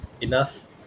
enough